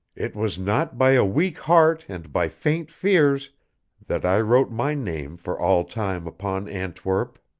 it was not by a weak heart and by faint fears that i wrote my name for all time upon antwerp.